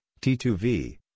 T2V